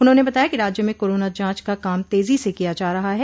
उन्होंने बताया कि राज्य में कोरोना जांच का काम तेजी से किया जा रहा है